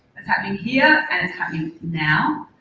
it's happening here and it's happening now,